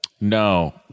No